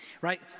right